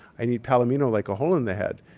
i need palomino like a hole in the head.